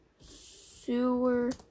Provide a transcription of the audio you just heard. Sewer